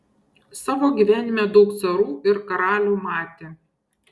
savo gyvenime daug carų ir karalių matė